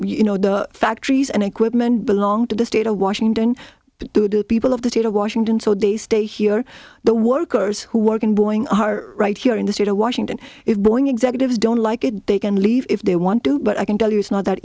you know the factories and equipment belong to the state of washington to the people of the state of washington so they stay here the workers who work in boeing are right here in the state of washington if boeing executives don't like it they can leave if they want to but i can tell you it's not that